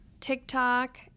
TikTok